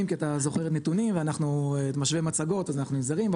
כי אתה זוכר נתונים ואנחנו נשווה מצגות אז אנחנו נזהרים.